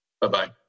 Bye-bye